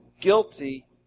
guilty